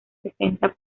sesenta